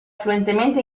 fluentemente